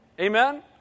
Amen